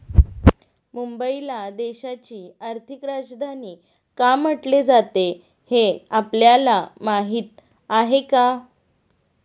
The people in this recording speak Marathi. मुंबईला देशाची आर्थिक राजधानी का म्हटले जाते, हे आपल्याला माहीत आहे का?